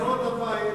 עקרות-הבית.